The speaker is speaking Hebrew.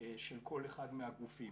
של כל אחד מהגופים.